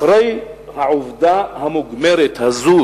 אחרי העובדה המוגמרת הזו,